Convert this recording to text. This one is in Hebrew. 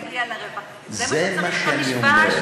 זה מה שאני אומר.